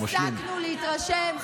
הפסקנו להתרשם,